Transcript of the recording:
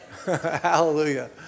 Hallelujah